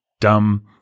dumb